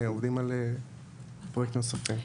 עובדים על פרויקטים נוספים.